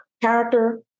character